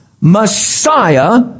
Messiah